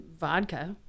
vodka